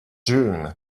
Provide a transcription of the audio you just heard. june